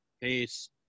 peace